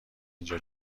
اینجا